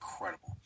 incredible